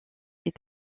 est